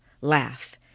laugh